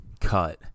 cut